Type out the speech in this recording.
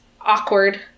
awkward